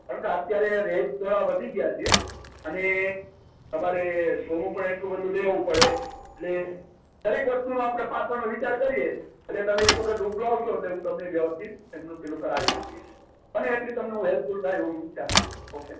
આમ તો અત્યારે રેટ થોડા વધી ગયા છે અને તમારે સોનું પણ એટલું બધુ લેવું પડે એટલે દરેક વસ્તુનો આપણે પાસાનો વિચાર કરીએ એટલે તમે એક વખત રૂબરૂ આવશો એમ તમને વ્યવસ્થિત તમને પેલું કરાવી આપીશ બને એટલી તમને હું હેલ્પફૂલ થાય એવું વિચારીશ ઓકે